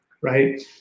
right